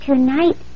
Tonight